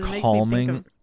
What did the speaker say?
calming